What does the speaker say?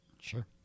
Sure